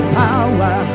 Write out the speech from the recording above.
power